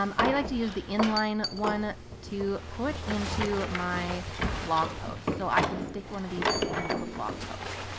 um i like to use the inline one to put into my blog posts. so i can stick one of these at the end of a blog post.